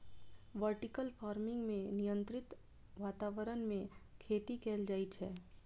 vertical farming मे नियंत्रित वातावरण मे खेती कैल जाइ छै